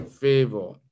favor